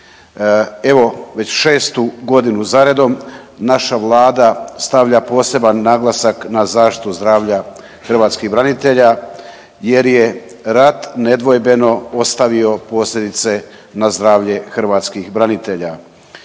Evo već 6-tu godinu za redom naša vlada stavlja poseban naglasak na zaštitu zdravlja hrvatskih branitelja jer je rat nedvojbeno ostavio posljedice na zdravlje hrvatskih branitelja.